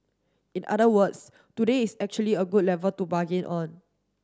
in other words today is actually a good level to bargain on